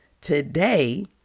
today